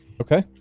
Okay